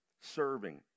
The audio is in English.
serving